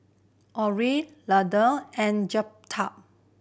Orrie Landon and Jeptha